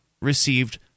received